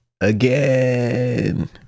again